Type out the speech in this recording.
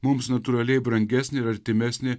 mums natūraliai brangesnė ir artimesnė